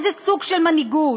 איזה סוג של מנהיגות?